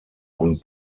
und